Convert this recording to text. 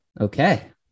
Okay